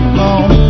long